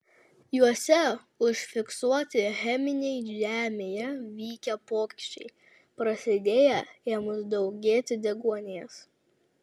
juose užfiksuoti cheminiai žemėje vykę pokyčiai prasidėję ėmus daugėti deguonies